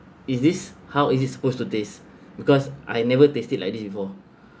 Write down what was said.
is this how is it supposed to taste because I never tasted like this before